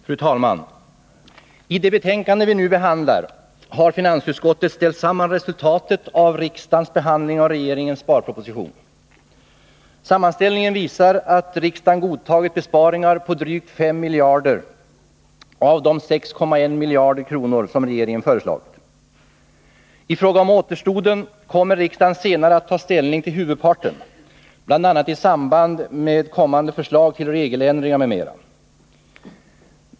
Fru talman! I det betänkande vi nu behandlar har finansutskottet ställt samman resultatet av riksdagens behandling av regeringens sparproposition. Sammanställningen visar att riksdagen godtagit besparingar på drygt 5 miljarder av de 6,1 miljarder kronor som regeringen föreslagit. I fråga om återstoden kommer riksdagen senare att ta ställning till huvudparten, bl.a. i samband med kommande förslag till regeländringar m.m.